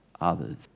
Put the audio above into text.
others